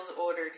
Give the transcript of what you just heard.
ordered